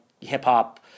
hip-hop